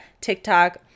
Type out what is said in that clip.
tiktok